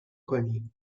کنی